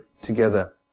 together